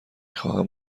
خواهم